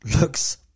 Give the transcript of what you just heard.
looks